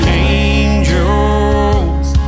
angels